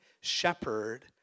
shepherd